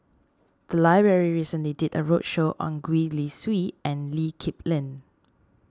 the library recently did a roadshow on Gwee Li Sui and Lee Kip Lin